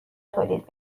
تولید